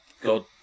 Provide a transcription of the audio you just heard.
God